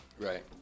Right